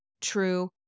true